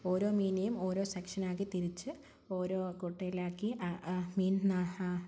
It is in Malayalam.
ഓരോ മീനിനേയും ഓരോ സെക്ഷനാക്കി തിരിച്ച് ഓരോ കൊട്ടയിലാക്കി ആ ആ മീൻ